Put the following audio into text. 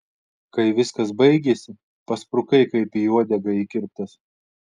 kai viskas baigėsi pasprukai kaip į uodegą įkirptas